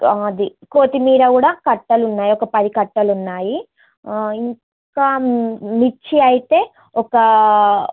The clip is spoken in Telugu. అది కొత్తిమీర కూడా కట్టలు ఉన్నాయి ఒక పది కట్టలు ఉన్నాయి ఇంకా మిర్చి అయితే ఒక